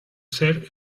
ser